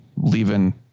leaving